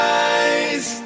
eyes